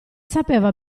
sapeva